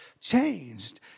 changed